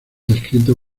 descrito